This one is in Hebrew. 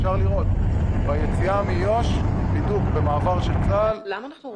אפשר לראות ביציאה מיו"ש, בידוק ומעבר של צה"ל.